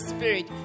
Spirit